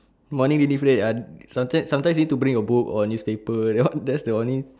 morning reading period ah sometimes sometimes need to bring a book or newspaper that one that's the only